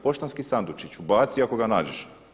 Poštanski sandučić, ubaci ako ga nađeš.